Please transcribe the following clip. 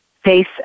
face